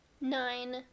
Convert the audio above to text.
nine